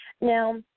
now